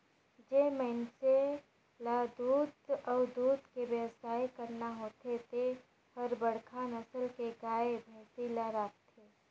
जेन मइनसे ल दूद अउ दूद के बेवसाय करना होथे ते हर बड़खा नसल के गाय, भइसी ल राखथे